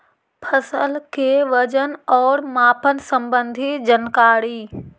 फसल के वजन और मापन संबंधी जनकारी?